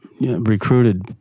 recruited